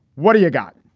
what do you got?